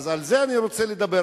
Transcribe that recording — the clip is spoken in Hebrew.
אז על זה אני רוצה לדבר.